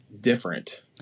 different